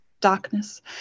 darkness